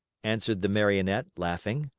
answered the marionette laughing.